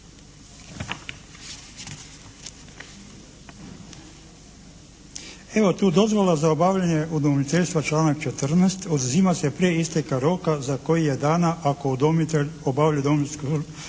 Evo tu, dozvola za obavljanje udomiteljstva članak 14.: "oduzima se prije isteka roka za koji je dana ako udomitelj